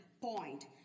point